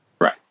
Right